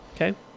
okay